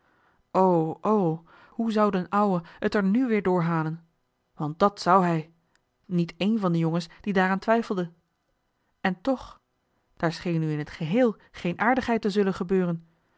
hoe zou d'n ouwe het er nu weer doorhalen want dàt zou hij niet een van de jongens die daar aan twijfelde en toch daar scheen nu in t geheel geen aardigheid te zullen gebeuren